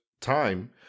time